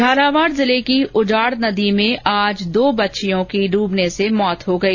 झालावाड़ जिले की उजाड़ नदी में दो बच्चियों की डूबने से मौत हो गई